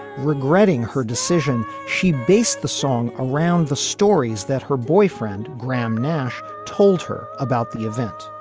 regretting her decision. she based the song around the stories that her boyfriend graham nash told her about the event.